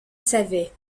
savait